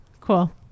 Cool